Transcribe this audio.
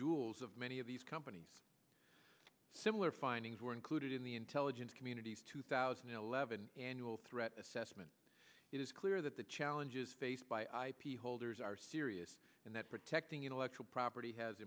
jewels of many of these companies similar findings were included in the intelligence community's two thousand and eleven annual threat assessment it is clear that the challenges faced by ip holders are serious and that protecting intellectual property has